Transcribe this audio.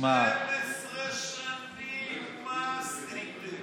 12 שנים, מה עשיתם?